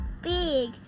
Big